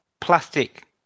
plastic